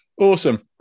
Awesome